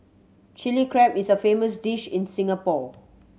Chilli Crab is a famous dish in Singapore